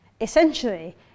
Essentially